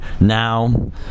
Now